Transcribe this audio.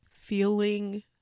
feeling